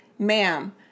Ma'am